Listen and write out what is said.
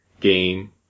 game